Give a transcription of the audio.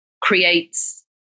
creates